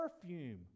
perfume